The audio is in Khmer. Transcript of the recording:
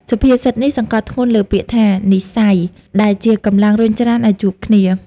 សុភាសិតនេះសង្កត់ធ្ងន់លើពាក្យថា «និស្ស័យ» ដែលជាកម្លាំងរុញច្រានឱ្យជួបគ្នា។